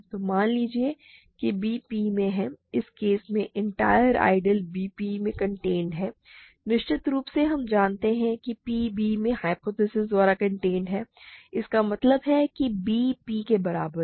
तो मान लीजिए कि b P में है इस केस में एंटायर आइडियल b P में कॉन्टेंड है निश्चित रूप से हम जानते हैं कि P b में ह्य्पोथेसिस द्वारा कॉन्टेंड है इसका मतलब है कि b P के बराबर है